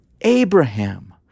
Abraham